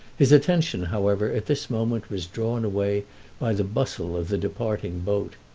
his attention however at this moment was drawn away by the bustle of the departing boat.